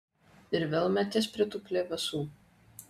ir vėl meties prie tų plevėsų